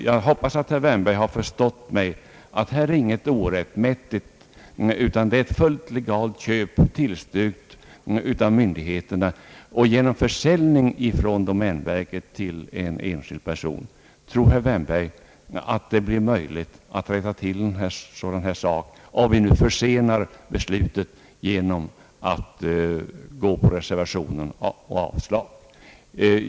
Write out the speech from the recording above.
Jag hoppas att herr Wärnberg har förstått att det här inte är fråga om något orättmätigt köp utan om ett fullt legalt köp — som är tillstyrkt av lantbruksnämnden — av mark från domänverket till en enskild person. Tror herr Wärnberg att det blir möjligt att rätta till det hela, om vi bifaller reservationen och avslår motionerna?